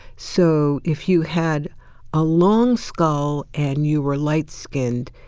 so, if you had a long skull and you were light-skinned,